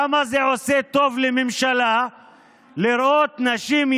למה זה עושה טוב לממשלה לראות נשים,